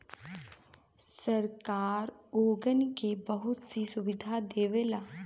सरकार ओगन के बहुत सी सुविधा देवला